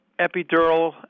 epidural